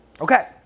Okay